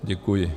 Děkuji.